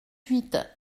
huit